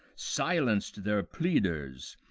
silenc'd their pleaders,